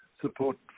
support